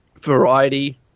variety